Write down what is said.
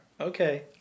Okay